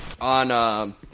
on